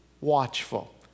watchful